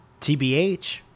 TBH